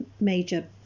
major